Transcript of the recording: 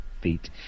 feet